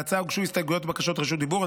להצעה הוגשו הסתייגויות ובקשות רשות דיבור.